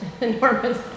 enormous